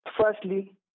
firstly